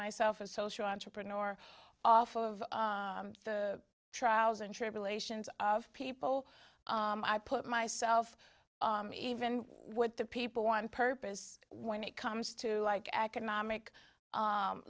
myself a social entrepreneur off of the trials and tribulations of people i put myself even with the people one purpose when it comes to like economic